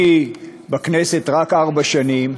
אני בכנסת רק ארבע שנים,